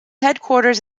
headquarters